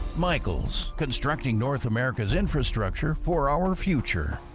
michel's, constructing north america's infrastructure for our future.